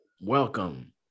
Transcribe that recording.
welcome